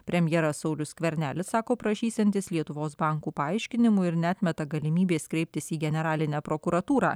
premjeras saulius skvernelis sako prašysiantis lietuvos bankų paaiškinimų ir neatmeta galimybės kreiptis į generalinę prokuratūrą